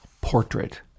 portrait